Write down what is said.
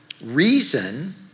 reason